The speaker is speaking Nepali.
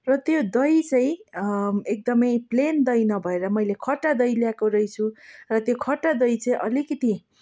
र त्यो दही चाहिँ एकदमै प्लेन दही नभएर मैले खट्टा दही ल्याएको रहेछु र त्यो खट्टा दही चाहिँ अलिकिति